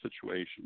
situation